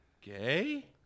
gay